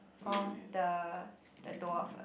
oh the the dwarf ah